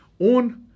On